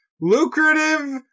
lucrative